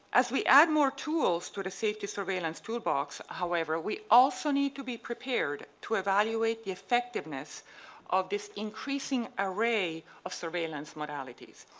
as we add more tools to the safety surveillance tool box however we also need to be prepared to evaluate the effectiveness of this increasing array of surveillance modalities.